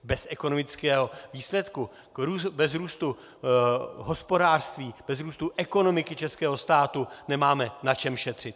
Bez ekonomického výsledku, bez růstu hospodářství, bez růstu ekonomiky českého státu nemáme na čem šetřit.